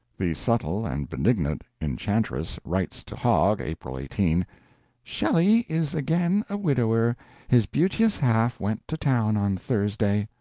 the subtle and benignant enchantress writes to hogg, april eighteen shelley is again a widower his beauteous half went to town on thursday.